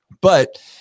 But-